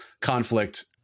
conflict